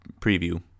preview